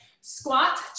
Squat